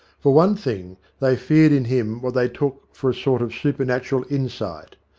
for one thing, they feared in him what they took for a sort of supernatural insight.